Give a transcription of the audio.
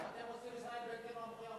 מה אתם עושים בישראל ביתנו עם המחויבות שלכם?